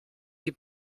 die